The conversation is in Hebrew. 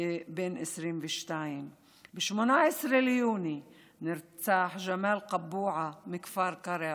בן 22. ב-18 ביוני נרצח ג'מאל קבועה מכפר קרע,